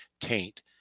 taint